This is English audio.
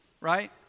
right